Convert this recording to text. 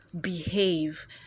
behave